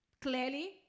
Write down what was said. Clearly